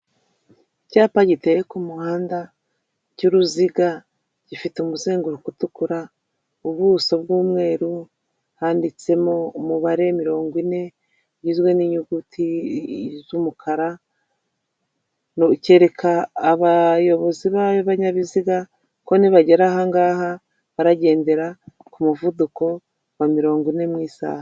Icyapa giteye ku muhanda cy'uruziga gifite umuzenguruko utukura ,ubuso bw'umweru handitsemo umubare mirongo ine igizwe n'inyuguti z'umukara kereka abayobozi b'ibinyabiziga ko nibagera ahangaha baragendera ku muvuduko wa mirongo ine mu isaha .